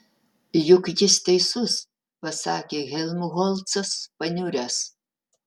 juk jis teisus pasakė helmholcas paniuręs